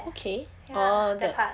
okay orh that